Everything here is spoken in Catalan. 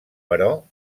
però